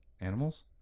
animals